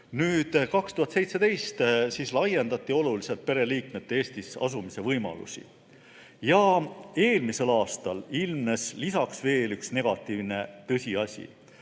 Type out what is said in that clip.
Nüüd, 2017. aastal laiendati oluliselt pereliikmete Eestisse asumise võimalusi. Ja eelmisel aastal ilmnes veel üks negatiivne tõsiasi.